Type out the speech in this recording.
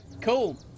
Cool